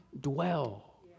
dwell